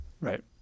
Right